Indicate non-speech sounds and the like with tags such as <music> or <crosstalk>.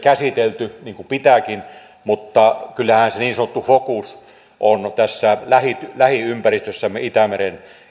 <unintelligible> käsitelty niin kuin pitääkin mutta kyllähän se niin sanottu fokus on tässä lähiympäristössämme itämeren